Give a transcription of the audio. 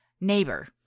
Neighbor